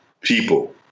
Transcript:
People